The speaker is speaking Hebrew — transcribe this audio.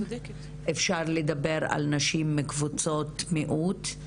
אפשר לדבר על נשים מקבוצות מיעוט,